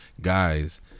guys